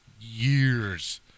years